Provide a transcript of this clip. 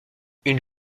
une